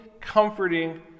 comforting